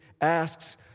asks